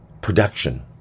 production